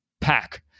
pack